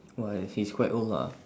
!wah! he's quite old lah